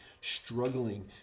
struggling